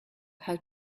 how